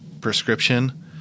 prescription